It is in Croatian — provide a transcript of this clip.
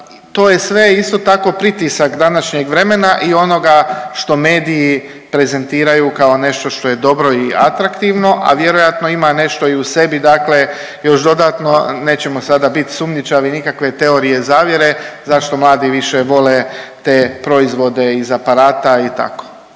to je sve isto tako pritisak današnjeg vremena i onoga što mediji prezentiraju kao nešto što je dobro i atraktivno, a vjerojatno ima nešto i u sebi još dodatno, nećemo sada biti sumnjičavi nikakve teorije zavjere zašto mladi više vole te proizvode iz aparata i tako.